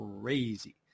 crazy